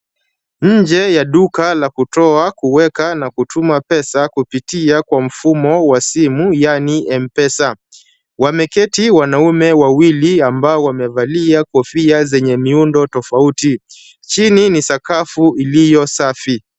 Nje ya duka la kutoa, kuweka na kutuma pesa kupitia kwa mfumo wa simu, yaani M-Pesa. Wameketi wanaume wawili ambao wamevalia kofia zenye miundo tofauti. Chini ni sakafu iliyo safi.